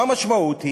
מה המשמעות?